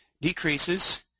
decreases